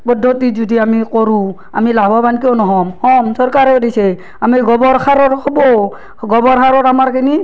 পদ্ধতিত যদি আমি কৰোঁ আমি লাভৱান কিয় নহ'ম হ'ম চৰকাৰেও দিছে আমি গোবৰ সাৰৰ হ'ব গোবৰ সাৰৰ আমাৰ খেনি